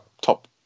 top